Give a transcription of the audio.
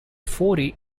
forty